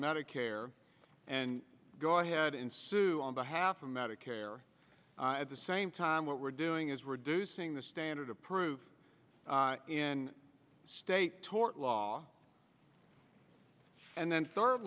medicare and go ahead and sue on behalf of medicare at the same time what we're doing is reducing the standard of proof in state tort law and then third